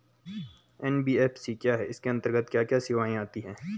NBFC क्या है इसके अंतर्गत क्या क्या सेवाएँ आती हैं?